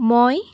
মই